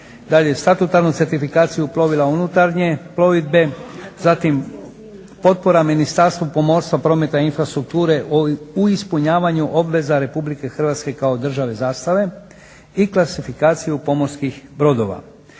statutarnu certifikaciju plovila unutarnje plovidbe, zatim potpora Ministarstvu pomorstva, prometa i infrastrukture u ispunjavanju obveza RH kao države zastave i klasifikaciju pomorskih brodova.